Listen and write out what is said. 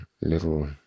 little